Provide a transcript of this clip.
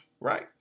Right